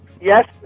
yes